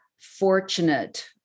Fortunate